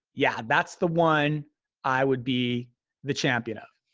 yeah that's the one i would be the champion of?